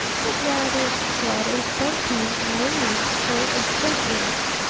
but rather, instead, a bumpy, naive sort of friendliness,